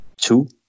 two